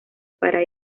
para